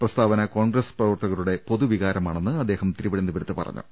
പ്രസ്താവന കോൺഗ്രസ് പ്രവർത്തകരുടെ പൊതുവികാരമാണെന്ന് അദ്ദേഹം തിരുവനന്തപുരത്ത് പറഞ്ഞു